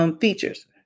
features